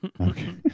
Okay